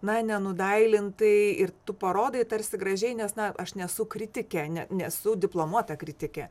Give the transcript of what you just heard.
na nenudailintai ir tu parodai tarsi gražiai nes na aš nesu kritikė ne nesu diplomuota kritikė